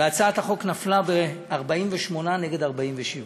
והצעת החוק נפלה ב-48 נגד 47,